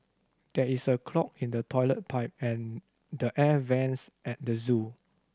there is a clog in the toilet pipe and the air vents at the zoo